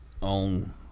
on